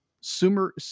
Sumer